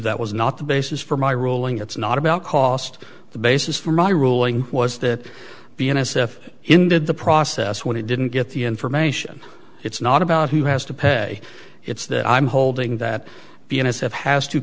that was not the basis for my ruling it's not about cost the basis for my ruling was that the n s a if indeed the process when he didn't get the information it's not about who has to pay it's that i'm holding that the n s a it has to